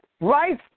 right